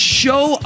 show